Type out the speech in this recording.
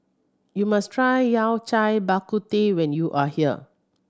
you must try Yao Cai Bak Kut Teh when you are here